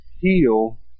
heal